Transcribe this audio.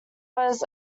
was